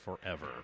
forever